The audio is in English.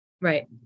Right